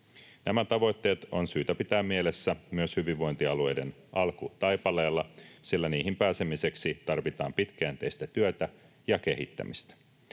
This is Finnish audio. Nämä tavoitteet on syytä pitää mielessä myös hyvinvointialueiden alkutaipaleella, sillä niihin pääsemiseksi tarvitaan pitkäjänteistä työtä ja kehittämistä.